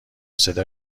صدا